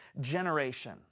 generation